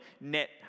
net